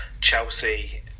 Chelsea